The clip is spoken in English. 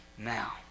Now